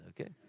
okay